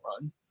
run